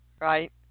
right